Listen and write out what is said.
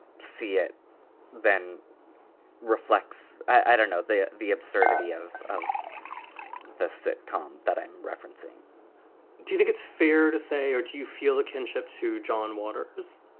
see it then reflects. i don't know the the absurdity of of the sitcom that i'm referencing do you think it's fair to say or do you feel a kinship to john waters?